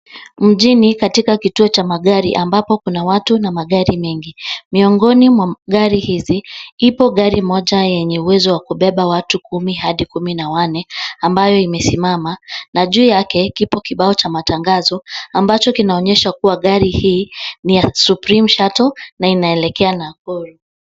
Mjini katika kituo cha magari ambapo kuna watu na magari mengi. Miongoni mwa gari hizi, ipo gari moja lenye uwezo wa kubeba watu kumi hadi kumi na wanne ambayo imesimama na juu yake ipo kibao cha matangazo ambacho kinaonyesha kuwa gari hii ni ya supreme shuttle na inaelekea Nakuru.